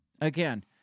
again